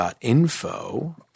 Info